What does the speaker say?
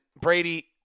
Brady